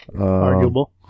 Arguable